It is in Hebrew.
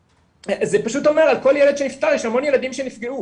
זה אומר שעל כל ילד שנפטר יש המון ילדים שנפגעו.